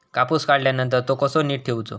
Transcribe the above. कापूस काढल्यानंतर तो कसो नीट ठेवूचो?